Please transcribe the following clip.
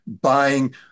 buying